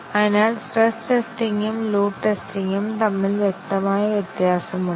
അതിനാൽ സ്ട്രെസ്സ് ടെസ്റ്റിങും ലോഡ് ടെസ്റ്റിങും തമ്മിൽ വ്യക്തമായ വ്യത്യാസമുണ്ട്